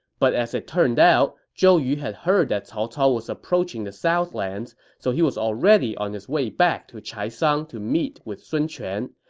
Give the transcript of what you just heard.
but as it turned out, though, zhou yu had heard that cao cao was approaching the southlands, so he was already on his way back to chaisang to meet with sun quan,